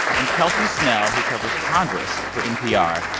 and kelsey snell, who covers congress for npr.